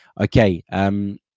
Okay